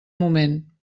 moment